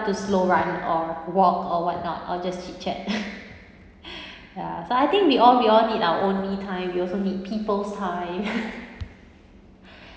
to slow run or walk or whatnot or just chit-chat ya so I think we all we all need our own me time we also need people's time